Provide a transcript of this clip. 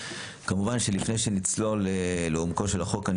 כמובן שלפני שנצלול לעומקו של החוק אני